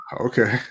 Okay